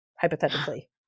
hypothetically